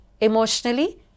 Emotionally